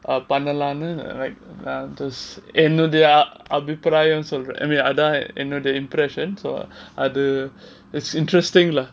uh பண்ணலாம்னு:pannalamnu like நான் வந்து என்னுடைய அபிப்பிராயம் சொல்றேன் அதான்:nan vandhu ennudaya abiprayam solren adhan I mean என்னுடைய:ennudaya eh now the impressions அதான்:adhan is interesting lah